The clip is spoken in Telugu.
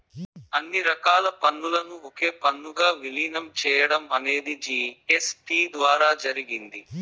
అన్ని రకాల పన్నులను ఒకే పన్నుగా విలీనం చేయడం అనేది జీ.ఎస్.టీ ద్వారా జరిగింది